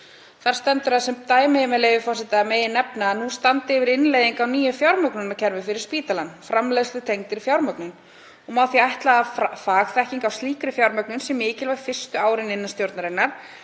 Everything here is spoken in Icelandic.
vera skipuð, að sem dæmi megi nefna að nú standi yfir innleiðing á nýju fjármögnunarkerfi fyrir spítalann, framleiðslutengdri fjármögnun. Má því ætla að fagþekking á slíkri fjármögnun sé mikilvæg fyrstu árin innan stjórnarinnar,